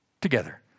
Together